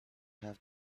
have